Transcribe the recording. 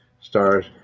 stars